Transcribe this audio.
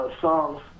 songs